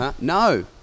no